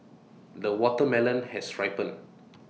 the watermelon has ripened